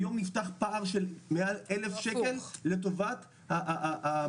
היום נפתח פער של מעל 1,000 שקל לטובת המבוגר.